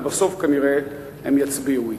ובסוף כנראה הם יצביעו אתה.